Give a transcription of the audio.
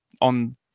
on